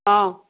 ହଁ